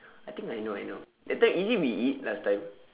I think I know I know that time is it we eat last time